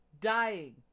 Dying